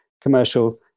commercial